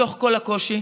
בתוך כל הקושי,